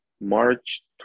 March